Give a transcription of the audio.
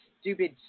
stupid